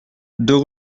deux